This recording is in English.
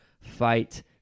fight